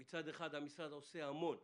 מצד אחד, המשרד עושה המון.